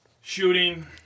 Shooting